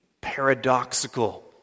paradoxical